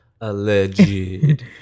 Alleged